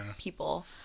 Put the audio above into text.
people